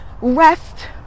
rest